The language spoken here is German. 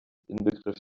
inbegriff